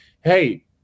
hey